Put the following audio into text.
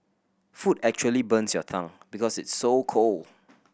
food actually burns your tongue because it's so cold